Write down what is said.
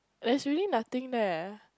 that's really nothing there